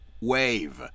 wave